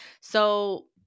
So-